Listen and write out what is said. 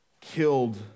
killed